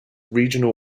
regional